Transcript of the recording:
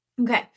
Okay